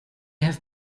have